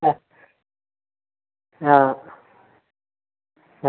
ആ ആ അ